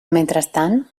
mentrestant